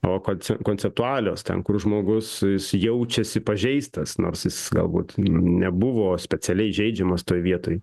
o kad konceptualios ten kur žmogus jis jaučiasi pažeistas nors jis galbūt n nebuvo specialiai įžeidžiamas toj vietoj